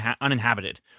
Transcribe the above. uninhabited